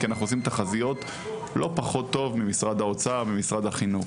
כי אנחנו עושים תחזיות לא פחות טוב ממשרד האוצר וממשרד החינוך.